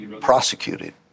prosecuted